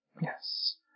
Yes